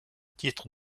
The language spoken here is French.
titre